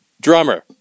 drummer